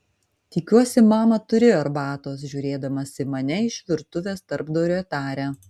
tikiuosi mama turi arbatos žiūrėdamas į mane iš virtuvės tarpdurio taria